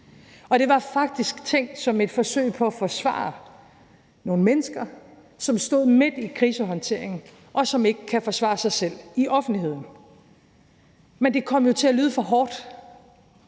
Og det var faktisk tænkt som et forsøg på at forsvare nogle mennesker, som stod midt i krisehåndteringen, og som ikke kan forsvare sig selv i offentligheden. Men det kom jo til at lyde for hårdt.